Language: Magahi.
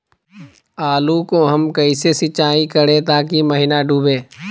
आलू को हम कैसे सिंचाई करे ताकी महिना डूबे?